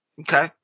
Okay